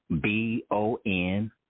B-O-N